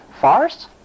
farce